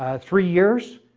three years,